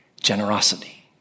generosity